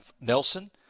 Nelson